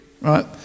right